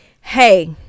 hey